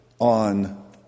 on